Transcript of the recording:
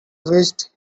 wished